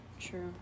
True